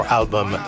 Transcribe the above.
album